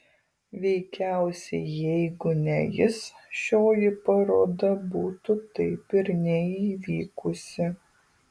veikiausiai jeigu ne jis šioji paroda būtų taip ir neįvykusi